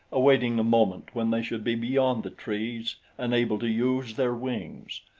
awaiting the moment when they should be beyond the trees and able to use their wings.